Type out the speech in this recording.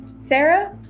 Sarah